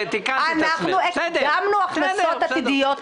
אנחנו הקדמנו הכנסות עתידיות,